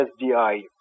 SDI